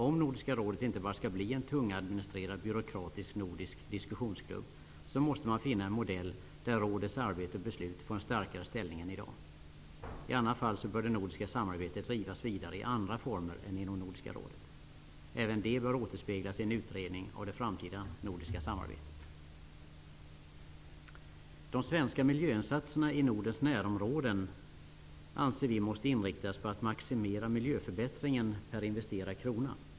Om Nordiska rådet inte bara skall bli en tungadministrerad byråkratisk nordisk diskussionsklubb, måste man finna en modell där rådets arbete och beslut får en starkare ställning än i dag. I annat fall bör det nordiska samarbetet drivas vidare i andra former än inom Nordiska rådet. Även detta bör återspeglas i en utredning av det framtida nordiska samarbetet. De svenska miljöinsatserna i Nordens närområden måste inriktas på att maximera miljöförbättringen per investerad krona.